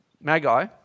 magi